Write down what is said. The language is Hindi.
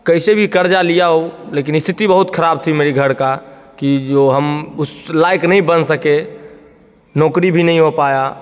कैसे भी क़र्ज़ा लिया ओ लेकिन स्थिति बहुत ख़राब थी मेरी घर का कि जो हम उस लायक नहीं बन सके नौकरी भी नहीं हो पाया